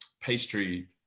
pastry